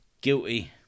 guilty